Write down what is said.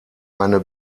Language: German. eine